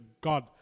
God